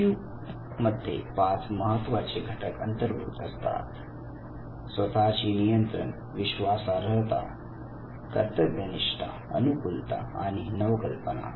इ Q मध्ये 5 महत्वाचे घटक अंतर्भूत असतात स्वत ची नियंत्रण विश्वासार्हता कर्तव्यनिष्ठा अनुकूलता आणि नवकल्पना